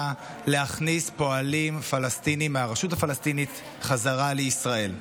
להכניס פועלים פלסטינים מהרשות הפלסטינית חזרה לישראל.